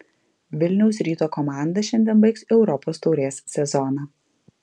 vilniaus ryto komanda šiandien baigs europos taurės sezoną